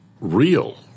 real